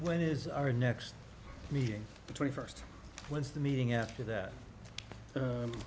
when is our next meeting the twenty first when's the meeting after that